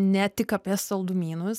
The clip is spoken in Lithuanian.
ne tik apie saldumynus